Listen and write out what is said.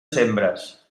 sembres